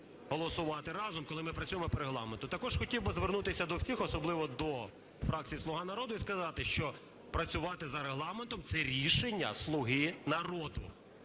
голосувати разом, коли ми працюємо по Регламенту. Також хотів би звернутися до всіх, особливо до фракції "Слуга народу", і сказати, що працювати за Регламентом – це рішення "Слуги народу".